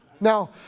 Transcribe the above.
Now